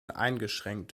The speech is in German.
eingeschränkt